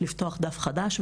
לפתוח דף חדש.